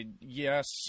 yes